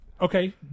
Okay